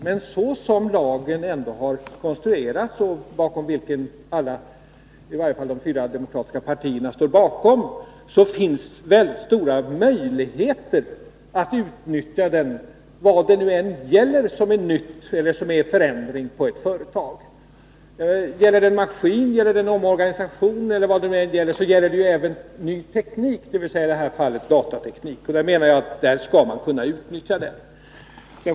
Men så som lagen har konstruerats — och bakom den står alla partier, i varje fall de fyra demokratiska — finns det väldigt stora möjligheter att utnyttja den när nyheter eller förändringar införs på ett företag. Det kan gälla en maskin, en omorganisation eller något annat, och lagen gäller således även ny teknik, dvs. i detta fall datateknik. Och jag menar att i ett sådant fall skall man kunna utnyttja lagen.